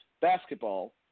basketball